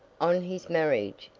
on his marriage,